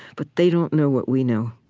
but they don't know what we know.